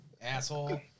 asshole